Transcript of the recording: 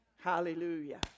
Hallelujah